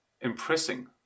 impressing